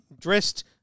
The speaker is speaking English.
dressed